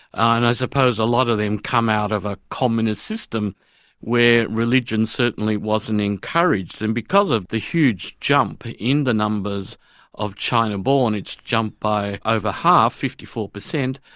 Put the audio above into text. and i suppose a lot of them come out of a communist system where religion certainly wasn't encouraged, and because of the huge jump in the numbers of china-born it's jumped by over half, fifty four per cent,